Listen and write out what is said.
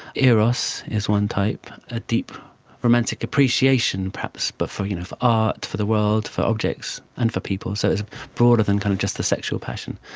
eros is one type, a deep romantic appreciation perhaps but for you know art, for the world, for objects and people, so it's broader than kind of just the sexual passion.